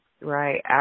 right